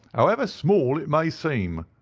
however small it may seem.